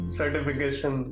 certification